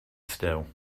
still